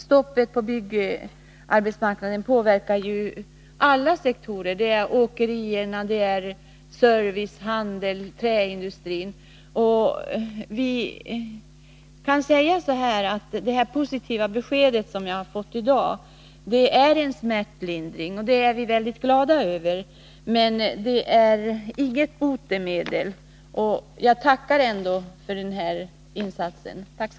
Stoppet på byggarbetsmarknaden påverkar ju alla sektorer — åkerier, service, handel och träindustri. Det positiva besked som jag har fått i dag är en smärtlindring, som vi är mycket glada över, men det är inget botemedel. Jag tackar ändå för denna insats.